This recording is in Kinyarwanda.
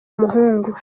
umuhungu